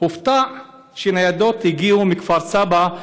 הוא הופתע שניידות הגיעו מכפר סבא,